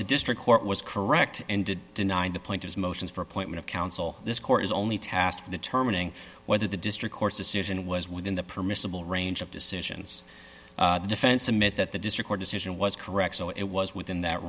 the district court was correct and denying the point is motions for appointment of counsel this court is only task determining whether the district court's decision was within the permissible range of decisions the defense admit that the district or decision was correct so it was within that